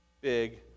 Big